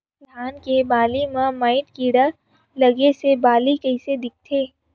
धान के बालि म माईट कीड़ा लगे से बालि कइसे दिखथे?